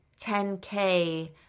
10K